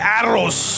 arrows